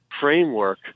framework